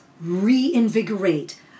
reinvigorate